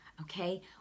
okay